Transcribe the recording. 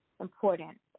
important